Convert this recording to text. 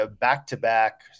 back-to-back